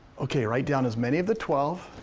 okay, write down as many of the twelve.